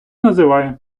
називає